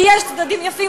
כי יש צדדים יפים,